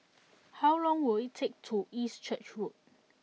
how long will it take to walk to East Church Road